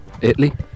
Italy